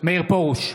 מאיר פרוש,